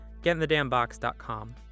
getinthedamnbox.com